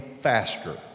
faster